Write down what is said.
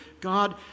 God